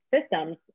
systems